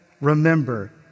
Remember